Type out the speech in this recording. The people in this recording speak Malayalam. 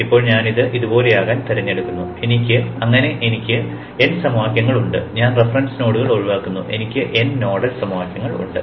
ഇപ്പോൾ ഞാൻ ഇത് ഇതുപോലെയാകാൻ തിരഞ്ഞെടുക്കുന്നു അങ്ങനെ എനിക്ക് n സമവാക്യങ്ങൾ ഉണ്ട് ഞാൻ റഫറൻസ് നോഡുകൾ ഒഴിവാക്കുന്നു എനിക്ക് n നോഡൽ സമവാക്യങ്ങൾ ഉണ്ട്